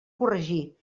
corregir